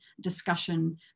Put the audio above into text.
discussion